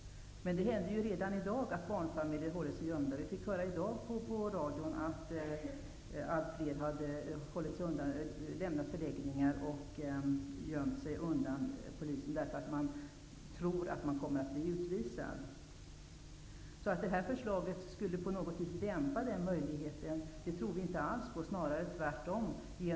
Det sker redan i dag att barnfamiljer håller sig gömda. Vi kunde i dag höra i radion att flera har lämnat flyktingförläggningar och gömt sig undan polisen, eftersom de tror att de kommer att bli utvisade. Det här förslaget avses dämpa den möjligheten. Det tror vi inte alls, snarare tvärtom.